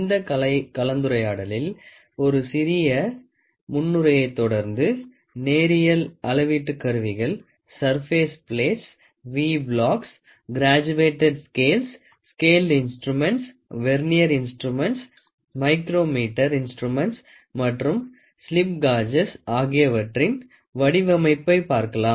இந்த கலந்துரையாடலில் ஒரு சிறிய முன்னுரையை தொடர்ந்து நேரியல் அளவீட்டு கருவிகள் surface plates V blocks graduated scales scaled instruments vernier instruments micrometer instruments மற்றும் ஸ்லிப் கேஜஸ் ஆகியவற்றின் வடிவமைப்பை பார்க்கலாம்